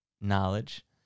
knowledge